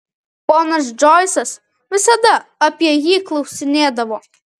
ponas džoisas visada apie jį klausinėdavo